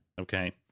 Okay